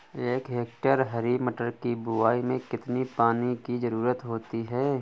एक हेक्टेयर हरी मटर की बुवाई में कितनी पानी की ज़रुरत होती है?